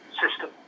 system